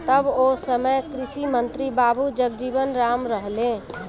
तब ओ समय कृषि मंत्री बाबू जगजीवन राम रहलें